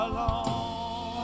Alone